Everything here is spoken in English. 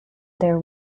there